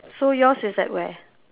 so yours is at where